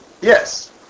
Yes